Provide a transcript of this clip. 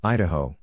Idaho